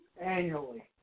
annually